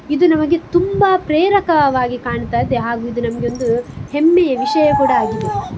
ಇದು ನಮಗೆ ತುಂಬ ಪ್ರೇರಕವಾಗಿ ಕಾಣ್ತಾಯಿದೆ ಹಾಗು ಇದು ನಮಗೊಂದು ಹೆಮ್ಮೆಯ ವಿಷಯ ಕೂಡ ಆಗಿದೆ